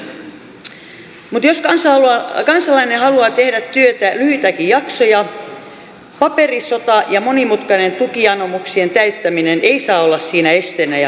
mutta jos kansalainen haluaa tehdä työtä lyhyitäkin jaksoja paperisota ja monimutkainen tukianomuksien täyttäminen ei saa olla siinä esteenä ja pelotteena